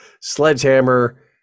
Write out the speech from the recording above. Sledgehammer